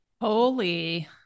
Holy